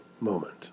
moment